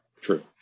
true